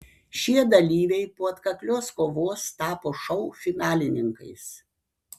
šie dalyviai po atkaklios kovos tapo šou finalininkais